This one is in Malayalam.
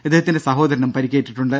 ഇദ്ദേഹത്തിന്റെ സഹോദരനും പരിക്കേറ്റിട്ടുണ്ട്